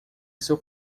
seu